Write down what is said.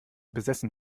besessen